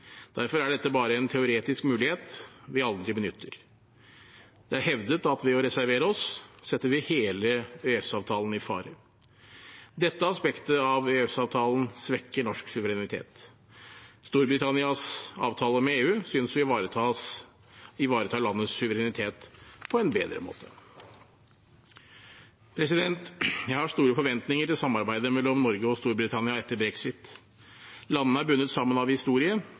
Derfor er dette bare en teoretisk mulighet vi aldri benytter. Det er hevdet at ved å reservere oss setter vi hele EØS-avtalen i fare. Dette aspektet av EØS-avtalen svekker norsk suverenitet. Storbritannias avtale med EU synes å ivareta landets suverenitet på en bedre måte. Jeg har store forventninger til samarbeidet mellom Norge og Storbritannia etter brexit. Landene er bundet sammen av